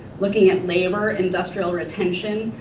looking at labor, industrial retention,